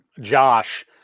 Josh